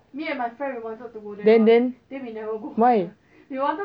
then then why